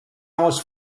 hours